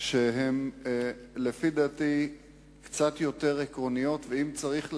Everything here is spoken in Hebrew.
שהן לפי דעתי קצת יותר עקרוניות, ואם צריך להבהיר,